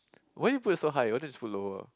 why you put it so high you why don't you just put lower